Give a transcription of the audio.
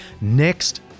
Next